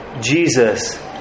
Jesus